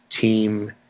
team